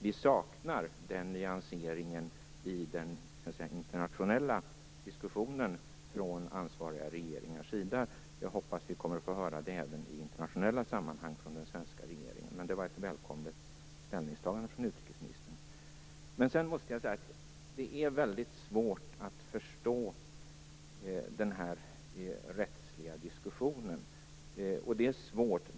Vi saknar den nyanseringen i den internationella diskussionen från ansvariga regeringars sida. Jag hoppas att vi kommer att få höra det även i internationella sammanhang från den svenska regeringen. Det var ett välkommet ställningstagande från utrikesministern. Det är väldigt svårt att förstå den rättsliga diskussionen.